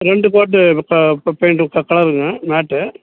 ரெண்டு கோட்டு ப ப பெயிண்ட்டு க கலருங்க மேட்டு